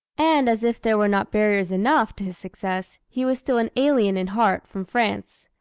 and as if there were not barriers enough to his success, he was still an alien in heart, from france.